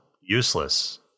useless